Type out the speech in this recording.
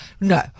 no